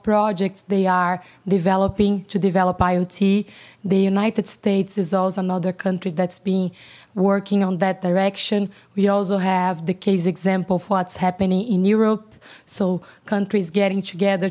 projects they are developing to develop iot the united states is also another country that's been working on that direction we also have the case example of what's happening in europe so countries getting together